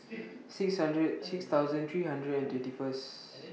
six hundred six thousand three hundred and twenty First